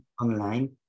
online